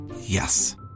Yes